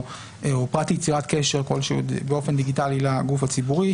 או פרט ליצירת קשר כלשהו באופן דיגיטלי לגוף הציבורי,